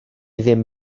ddim